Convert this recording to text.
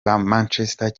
manchester